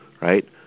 right